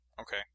Okay